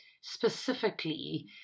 specifically